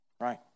Right